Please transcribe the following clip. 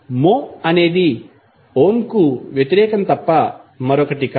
మో అనేది ఓంకు వ్యతిరేకం తప్ప మరొకటి కాదు